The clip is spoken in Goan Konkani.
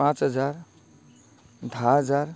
पांच हजार धा हजार